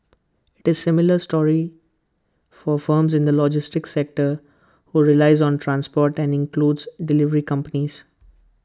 IT is A similar story for firms in the logistics sector who relies on transport and includes delivery companies